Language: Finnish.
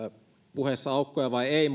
puheessa aukkoja vai ei